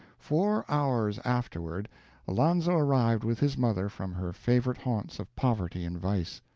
four hours afterward alonzo arrived with his mother from her favorite haunts of poverty and vice.